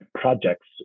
projects